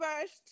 first